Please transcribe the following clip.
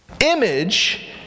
Image